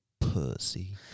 Pussy